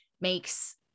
makes